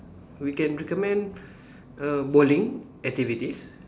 we can recommend err bowling activities